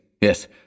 Yes